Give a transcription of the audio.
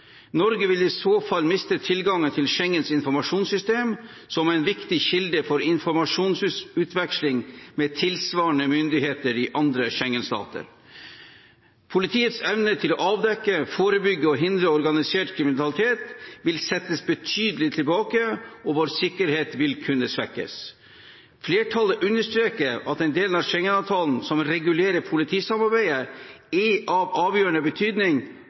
Norge vil i så fall miste tilgangen til Schengens informasjonssystem, som er en viktig kilde til informasjonsutveksling med tilsvarende myndigheter i andre Schengen-stater. Politiets evne til å avdekke, forebygge og hindre organisert kriminalitet vil settes betydelig tilbake, og vår sikkerhet vil kunne svekkes. Flertallet understreker at den delen av Schengen-avtalen som regulerer politisamarbeidet, er av avgjørende betydning